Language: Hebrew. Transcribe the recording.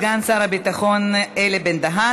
תודה רבה לסגן שר הביטחון אלי בן-דהן.